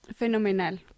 Fenomenal